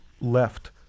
left